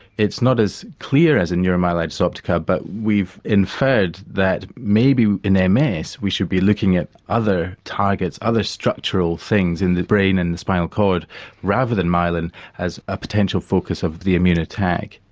it's not as clear as in neuromyelitis optica but we've inferred that maybe in ms we should be looking at other targets, other structural things in the brain and the spinal cord rather than myelin as a potential focus of the immune attack.